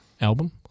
album